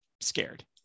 scared